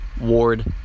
Ward